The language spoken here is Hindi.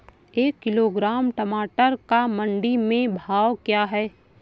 एक किलोग्राम टमाटर का मंडी में भाव क्या है?